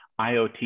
IoT